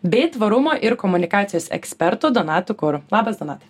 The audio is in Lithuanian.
bei tvarumo ir komunikacijos ekspertu donato kuru labas donatai